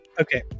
okay